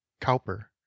cowper